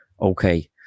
okay